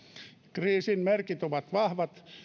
kriisin merkit ovat vahvat